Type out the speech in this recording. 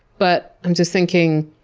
but i'm just thinking,